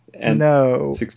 No